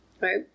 Right